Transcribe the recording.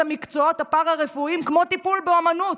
המקצועות הפארה-רפואיים כמו טיפול באומנות,